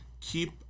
keep